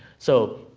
so,